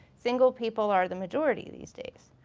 single people are the majority these days.